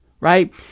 right